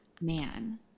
Man